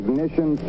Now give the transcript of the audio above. Ignition